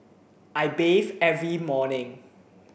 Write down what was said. I bathe every morning